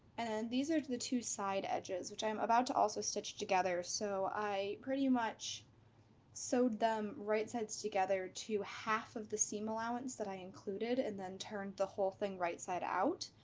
and these are the two side edges which i'm about to also stitch together. so, i pretty much sewed them right sides together to half of the seam allowance that i incuded, and then turned the whole thing right side out.